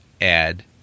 add